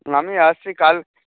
আমি আসছি কাল